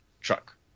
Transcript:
truck